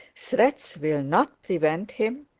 threats will not prevent him,